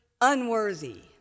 unworthy